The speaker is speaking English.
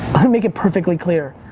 let me make it perfectly clear.